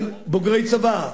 של בוגרי צבא,